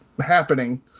happening